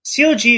COG